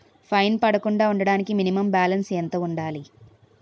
Fine పడకుండా ఉండటానికి minimum balance ఎంత ఉండాలి?